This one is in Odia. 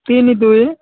ତିନି ଦୁଇ